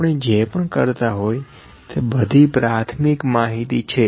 આપણે જે પણ કરતા હોય તે બધી પ્રાથમિક માહિતી છે